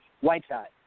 Whiteside